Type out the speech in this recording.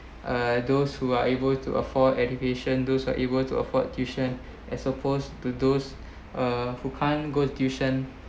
uh those who are able to afford education those who are able to afford tuition as opposed to those uh who can't go to tuition